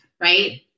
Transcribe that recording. right